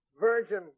virgin